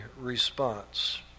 response